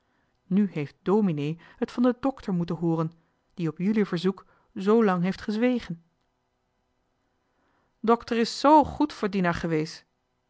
nu heeft dominee het van de dokter moeten hooren die op jullie verzoek zoolang heeft gezwegen dokter is s goed voor dina gewees